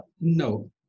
No